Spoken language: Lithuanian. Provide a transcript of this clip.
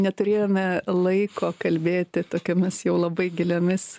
neturėjome laiko kalbėti tokiomis jau labai giliomis